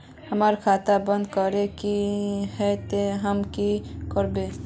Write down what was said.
हमर खाता बंद करे के है ते हम की करबे?